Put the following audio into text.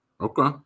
Okay